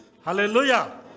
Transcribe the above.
Hallelujah